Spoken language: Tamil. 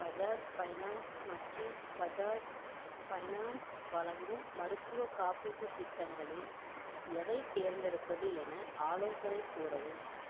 பஜாஜ் ஃபைனான்ஸ் மற்றும் பஜாஜ் ஃபைனான்ஸ் வழங்கும் மருத்துவக் காப்பீட்டுத் திட்டங்களில் எதைத் தேர்ந்தெடுப்பது என ஆலோசனை கூறவும்